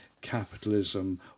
capitalism